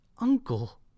Uncle